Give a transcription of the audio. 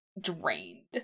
drained